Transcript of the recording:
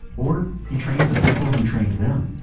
or he trained the people who trained them